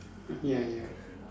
ya ya